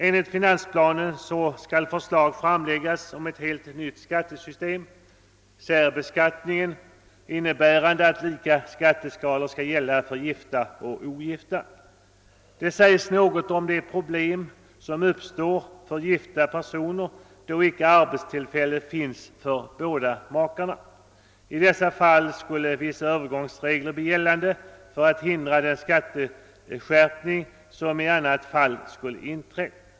Enligt finansplanen skall förslag framläggas om ett helt nytt skattesystem — ett särbeskattningssystem — innebärande att lika skatteskalor skall gälla för gifta och ogifta. Det sägs en del om de problem som uppstår för gifta personer då det inte finns arbetstillfälle för båda makarna. I dessa fall skulle vissa övergångsregler gälla för att förhindra att en skatteskärpning inträder.